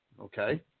Okay